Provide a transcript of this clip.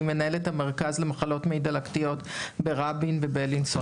מנהלת המרכז למחלות מעי דלקתיות ברבין ובילינסון.